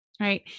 Right